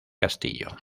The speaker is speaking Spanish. castillo